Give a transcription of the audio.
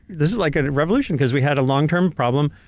this is like a revolution. because we had a long term problem,